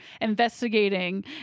investigating